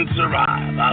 survive